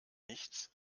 nichts